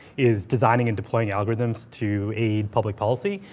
is designing and deploying algorithms to a public policy.